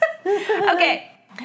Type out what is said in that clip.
Okay